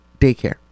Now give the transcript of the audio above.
daycare